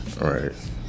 Right